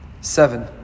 Seven